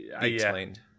explained